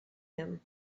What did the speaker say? him